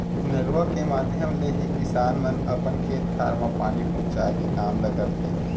नरूवा के माधियम ले ही किसान मन अपन खेत खार म पानी पहुँचाय के काम ल करथे